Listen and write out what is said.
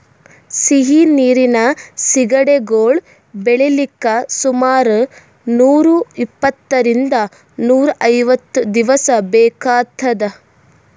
ಸಿಹಿ ನೀರಿನ್ ಸಿಗಡಿಗೊಳ್ ಬೆಳಿಲಿಕ್ಕ್ ಸುಮಾರ್ ನೂರ್ ಇಪ್ಪಂತ್ತರಿಂದ್ ನೂರ್ ಐವತ್ತ್ ದಿವಸ್ ಬೇಕಾತದ್